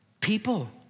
people